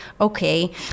okay